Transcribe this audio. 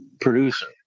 Producer